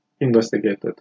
investigated